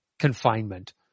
Confinement